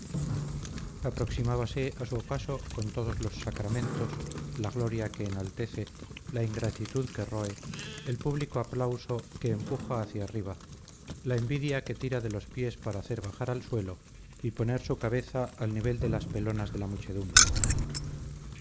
aproximábase a su ocaso con todos los sacramentos la gloria que enaltece la ingratitud que roe el público aplauso que empuja hacia arriba la envidia que tira de los pies para hacer bajar al sujeto y poner su cabeza al nivel de las pelonas de la muchedumbre